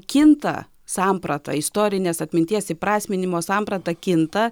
kinta samprata istorinės atminties įprasminimo samprata kinta